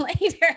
later